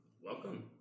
welcome